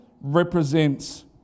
represents